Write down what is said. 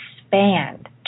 expand